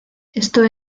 esto